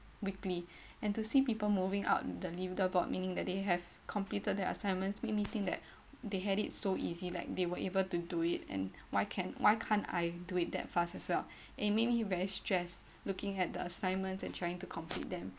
weekly and to see people moving up the leader board meaning that they have completed their assignments make me think that they had it so easy like they were able to do it and why can why can't I do it that fast as well it make me very stressed looking at the assignments and trying to complete them